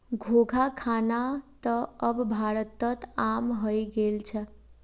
घोंघा खाना त अब भारतत आम हइ गेल छ